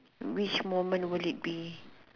which moment would it be